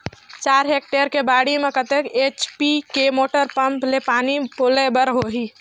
चार हेक्टेयर के बाड़ी म कतेक एच.पी के मोटर पम्म ले पानी पलोय बर होही?